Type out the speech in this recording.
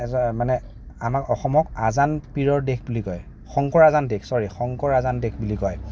মানে আমাৰ অসমক আজান পীৰৰ দেশ বুলি কয় শংকৰ আজান দেশ ছৰি শংকৰ আজান দেশ বুলি কয়